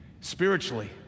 spiritually